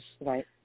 Right